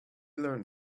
learned